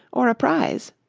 or a prize.